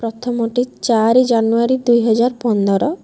ପ୍ରଥମଟି ଚାରି ଜାନୁଆରୀ ଦୁଇହଜାର ପନ୍ଦର